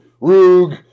Rogue